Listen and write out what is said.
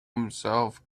himself